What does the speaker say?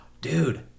Dude